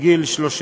35